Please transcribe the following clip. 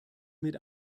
mit